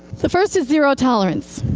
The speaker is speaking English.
the first is zero tolerance.